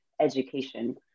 education